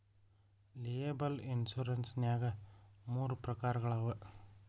liable insurance ನ್ಯಾಗ್ ಮೂರ ಪ್ರಕಾರಗಳವ